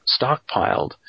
stockpiled